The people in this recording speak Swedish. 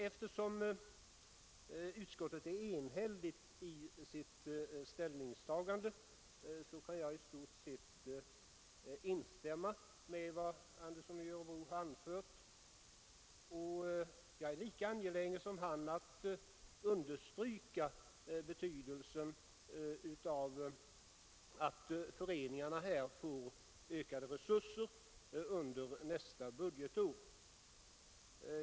Eftersom utskottet är enhälligt i sitt ställningstagande, kan jag i stort sett instämma i vad herr Andersson i Örebro anfört. Jag är lika angelägen som han att understryka betydelsen av att föreningarna får ökade resurser under nästa budgetår.